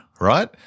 right